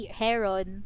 heron